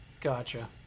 Gotcha